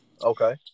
Okay